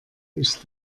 ich